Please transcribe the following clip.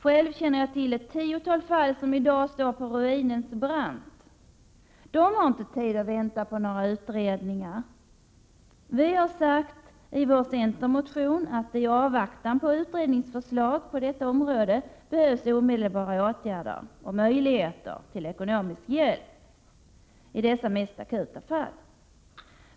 Själv känner jag till ett tiotal fall, där människor i dag står på ruinens brant. De har inte tid att vänta på några utredningar. Vi har i vår centermotion sagt att det i avvaktan på utredningsförslag på detta område behövs omedelbara åtgärder och möjligheter till ekonomisk hjälp i dessa mest akuta fall.